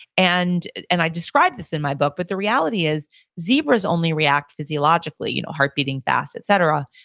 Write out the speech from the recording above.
and and i described this in my book, but the reality is zebras only react physiologically you know heart beating fast, et cetera,